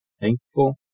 thankful